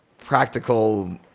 practical